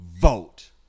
vote